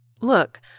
look